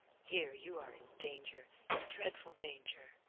here you are in danger in dreadful danger.